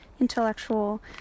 intellectual